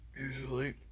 usually